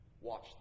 Watch